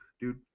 dude